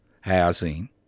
housing